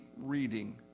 reading